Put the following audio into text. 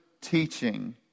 teaching